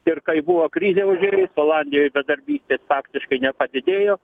ir kai buvo krizė užėjus olandijoj bedarbystės faktiškai nepadidėjo